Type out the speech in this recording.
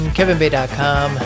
KevinBay.com